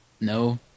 No